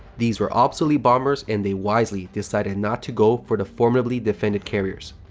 these were obsolete bombers and they wisely decided not to go for the formatively defended carriers.